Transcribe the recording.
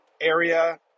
Area